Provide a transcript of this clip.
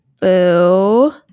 Boo